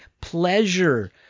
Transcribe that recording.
pleasure